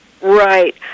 Right